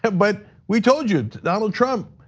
but we told you donald trump.